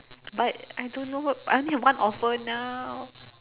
but I don't know I only have one offer now